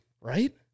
Right